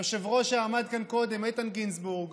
היושב-ראש שעמד כאן קודם, איתן גינזבורג,